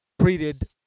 treated